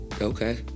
okay